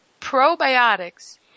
probiotics